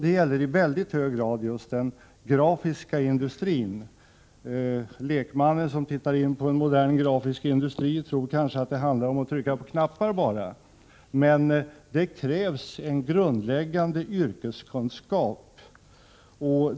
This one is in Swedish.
Det gäller i mycket hög grad den grafiska industrin. Lekmannen som tittar in på en modern grafisk industri tror kanske att det handlar om att bara trycka på knappar, men det krävs en grundläggande yrkeskunskan.